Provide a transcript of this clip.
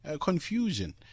confusion